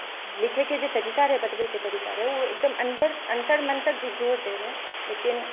लिखैके जे तरीका रहै बतबैके तरीका रहै ओ एकदम अन्तर्मनतक झकझोरि दैत रहै लेकिन